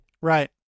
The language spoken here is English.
right